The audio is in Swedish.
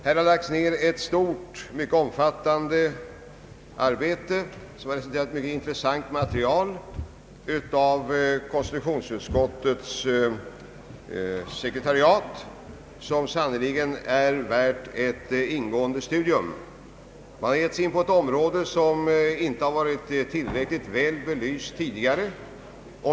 Här har lagts ned ett mycket omfattande arbete av konstitutionsutskottets sekretariat som lämnat ett intressant material, vilket sannerligen är värt ett ingående studium. Man har givit sig in på ett område som inte varit tillräckligt väl belyst tidigare.